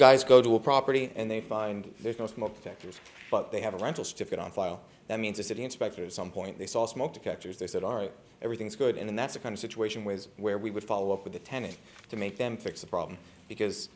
guys go to a property and they find there's no smoke detectors but they have a rental stick it on file that means the city inspectors on point they saw smoke detectors they said all right everything's good and that's a crime situation which is where we would follow up with the tenant to make them fix a problem because